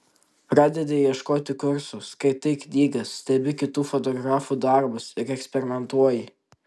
pradedi ieškoti kursų skaitai knygas stebi kitų fotografų darbus ir eksperimentuoji